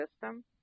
system